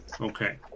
Okay